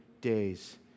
days